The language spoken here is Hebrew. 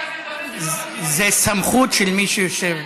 זו סמכות של מי שיושב,